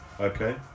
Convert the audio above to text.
Okay